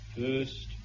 First